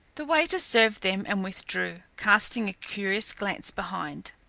the waiter served them and withdrew, casting a curious glance behind.